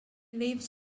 lives